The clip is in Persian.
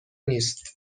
نیست